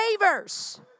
favors